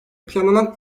planlanan